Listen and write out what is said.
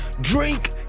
Drink